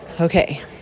Okay